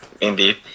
Indeed